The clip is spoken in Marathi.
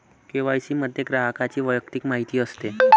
के.वाय.सी मध्ये ग्राहकाची वैयक्तिक माहिती असते